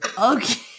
Okay